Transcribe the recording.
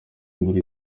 kugura